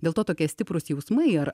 dėl to tokie stiprūs jausmai ir